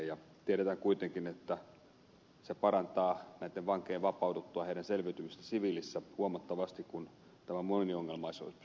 tiedetään kuitenkin että se parantaa näitten vankien vapauduttua heidän selviytymistään siviilissä huomattavasti kun tämä moniongelmaisuus pystytään hoitamaan